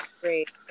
great